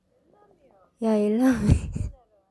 ya எல்லாமே:ellaamee